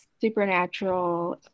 supernatural